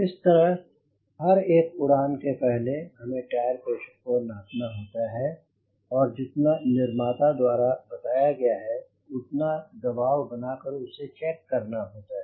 इस तरह हर एक उड़ान के पहले हमें टायर प्रेशर को नापना होता है और जितना निर्माता के द्वारा बताया गया है उतना दबाव बनाकर उसे चेक करना होता है